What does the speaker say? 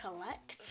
collect